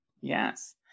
Yes